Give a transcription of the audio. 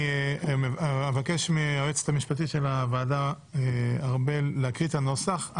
אני אבקש מהיועצת המשפטית של הוועדה ארבל להקריא את הנוסח.